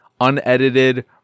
unedited